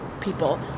people